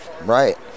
Right